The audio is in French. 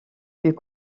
fut